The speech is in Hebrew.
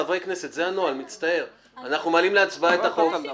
בבקשה, חצי דקה קצרה, כי חבר הכנסת מוסי ביקש.